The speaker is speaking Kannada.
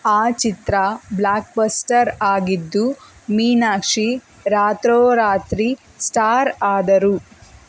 ಆ ಚಿತ್ರ ಬ್ಲಾಕ್ ಬಸ್ಟರ್ ಆಗಿದ್ದು ಮೀನಾಕ್ಷಿ ರಾತ್ರೋರಾತ್ರಿ ಸ್ಟಾರ್ ಆದರು